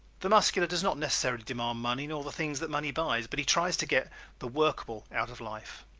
the muscular does not necessarily demand money nor the things that money buys but he tries to get the workable out of life.